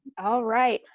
all right,